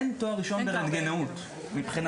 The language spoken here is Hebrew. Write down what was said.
אין תואר ראשון ברנטגנאות מבחינתנו.